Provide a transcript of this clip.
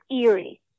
eerie